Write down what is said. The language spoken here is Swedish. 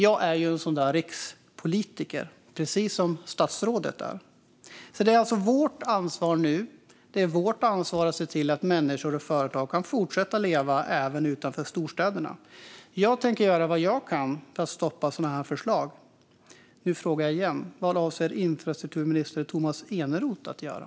Jag är en sådan rikspolitiker, precis som statsrådet. Det är alltså vårt ansvar nu. Det är vårt ansvar att se till att människor och företag kan fortsätta att leva även utanför storstäderna. Jag tänker göra vad jag kan för att stoppa sådana förslag. Nu frågar jag igen: Vad avser infrastrukturminister Tomas Eneroth att göra?